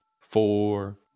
four